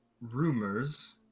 rumors